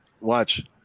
Watch